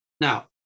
Now